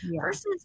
versus